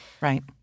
Right